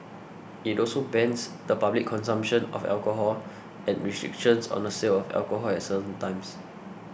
it also bans the public consumption of alcohol and restrictions on the sale of alcohol at certain times